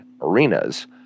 arenas